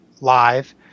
live